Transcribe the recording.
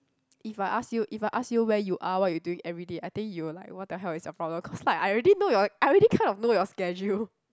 if I ask you if I ask you where you are what you doing everyday I think you will like what the hell is your problem cause like I already know your I already kind of know your schedule